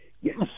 Yes